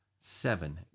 seven